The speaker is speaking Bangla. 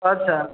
আচ্ছা